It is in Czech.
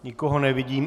Nikoho nevidím.